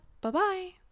Bye-bye